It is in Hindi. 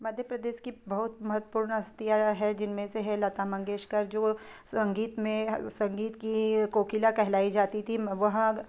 मध्य प्रदेश की बहुत महत्वपूर्ण हस्तियाँ हैं जिन में से है लता मंगेशकर जो संगीत में संगीत की कोकिला कहलाई जाती थी वह